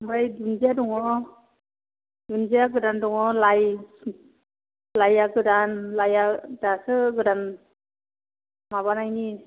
ओमफ्राय दुन्जिया दङ दुन्जिया गोदोन दङ लाइ लाइआ गोदान लाइआ दासो गोदान माबानायनि